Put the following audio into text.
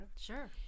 Sure